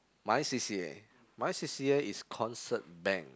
my c_c_a my c_c_a is concert band